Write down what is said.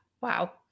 Wow